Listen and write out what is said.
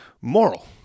moral